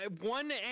one